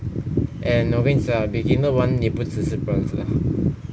and 我跟你讲 beginner 玩你不止是 bronze 的